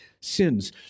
sins